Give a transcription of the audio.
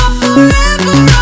forever